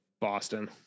Boston